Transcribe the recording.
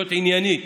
ולהיות עניינית.